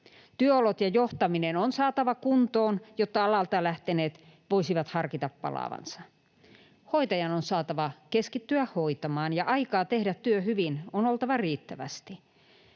Työolot ja johtaminen on saatava kuntoon, jotta alalta lähteneet voisivat harkita palaavansa. Hoitajan on saatava keskittyä hoitamaan, ja aikaa tehdä työ hyvin on oltava riittävästi.